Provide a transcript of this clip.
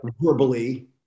verbally